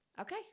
Okay